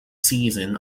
season